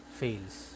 fails